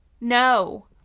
no